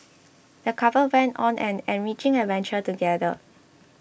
the couple went on an enriching adventure together